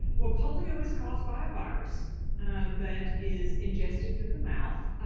well polio was caused by a virus that is ingested through the mouth